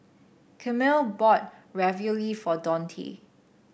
Camille bought Ravioli for Dontae